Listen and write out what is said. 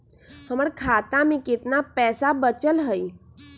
हमर खाता में केतना पैसा बचल हई?